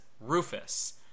Rufus